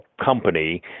company